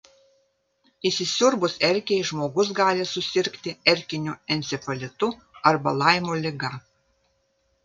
įsisiurbus erkei žmogus gali susirgti erkiniu encefalitu arba laimo liga